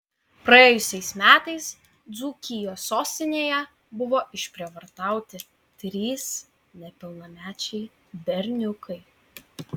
praėjusiais metais dzūkijos sostinėje buvo išprievartauti trys nepilnamečiai berniukai